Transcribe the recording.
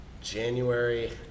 January